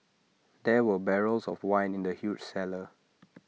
there were barrels of wine in the huge cellar